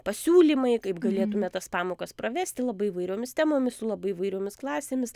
pasiūlymai kaip galėtume tas pamokas pravesti labai įvairiomis temomis su labai įvairiomis klasėmis